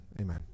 amen